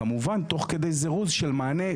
כמובן תוך כדי זירוז של מענה,